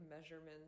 measurements